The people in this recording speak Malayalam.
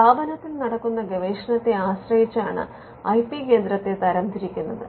സ്ഥാപനത്തിൽ നടക്കുന്ന ഗവേഷണത്തെ ആശ്രയിച്ചാണ് ഐ പി കേന്ദ്രത്തെ തരംതിരിക്കുന്നത്